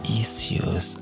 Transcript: issues